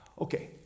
Okay